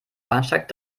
bahnsteig